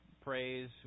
praise